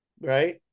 right